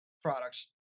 products